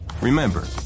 Remember